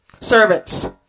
Servants